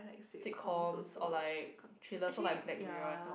sitcoms or like thrillers not like Black Mirror